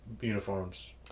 uniforms